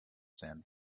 sand